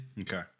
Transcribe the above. Okay